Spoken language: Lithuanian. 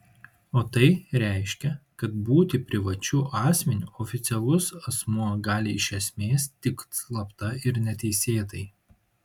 o tai reiškia kad būti privačiu asmeniu oficialus asmuo gali iš esmės tik slapta ir neteisėtai